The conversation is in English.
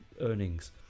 earnings